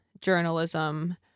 journalism